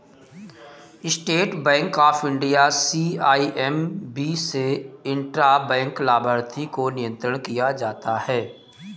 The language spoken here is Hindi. state bank of India CIMB से इंट्रा बैंक लाभार्थी को नियंत्रण किया जाता है